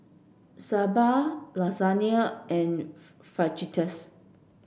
Sambar Lasagne and Fajitas